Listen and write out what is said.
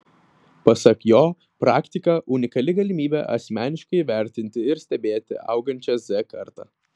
pasak jo praktika unikali galimybė asmeniškai įvertinti ir stebėti augančią z kartą